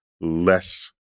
less